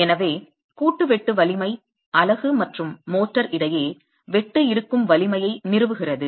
எனவே கூட்டு வெட்டு வலிமை அலகு மற்றும் மோட்டார் இடையே வெட்டு இருக்கும் வலிமையை நிறுவுகிறது